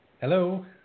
Hello